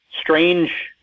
strange